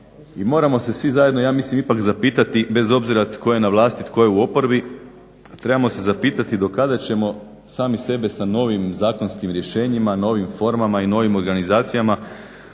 I moramo se svi zajedno ja mislim ipak zapitati, bez obzira tko je na vlasti, tko je u oporbi, trebamo se zapitati do kada ćemo sami sebe sa novim zakonskim rješenjima, novim formama i novim organizacijama